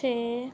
ਛੇ